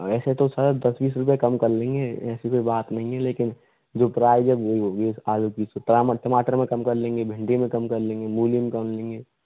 ऐसे तो सर दस बीस रुपये कम कर लेंगे ऐसे कोई बात नहीं है लेकिन जो प्राइस है वही होगी आलू कि टमाटर में कम कर लेंगे भिंड मे कर लेंगे मूली में कम कर लेंगे